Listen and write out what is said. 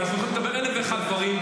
ואנחנו יכולים לדבר אלף ואחד דברים.